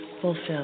fulfilled